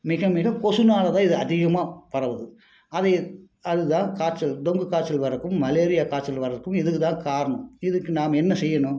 மிக மிக கொசுனால்தான் இது அதிகமாக பரவுது அது எ அதுதான் காய்ச்சல் டொங்கு காய்ச்சல் வர்றதுக்கும் மலேரியா காய்ச்சல் வர்றதுக்கும் இதுக்குதான் காரணம் இதுக்கு நாம் என்ன செய்யணும்